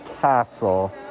castle